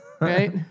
Right